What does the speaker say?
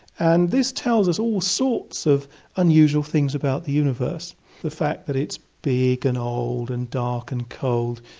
and this tells us all sorts of unusual things about the universe the fact that it's big and old and dark and cold,